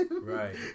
Right